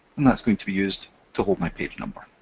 and that's going to be used to hold my page number.